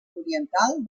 oriental